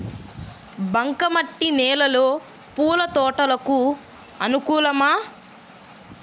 బంక మట్టి నేలలో పూల తోటలకు అనుకూలమా?